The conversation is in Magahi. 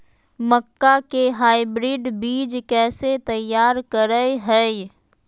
मक्का के हाइब्रिड बीज कैसे तैयार करय हैय?